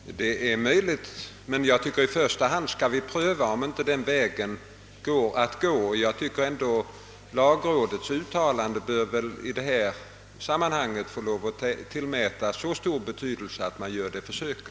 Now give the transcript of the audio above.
Herr talman! Det är kanske möjligt att göra så som herr Tobé säger. Men i första hand tycker jag vi skall pröva om vi inte kan gå den föreslagna vägen. Jag tycker att lagrådets uttalande i detta sammanhang bör tillmätas så stor betydelse att vi gör det försöket.